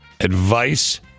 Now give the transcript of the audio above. Advice